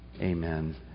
Amen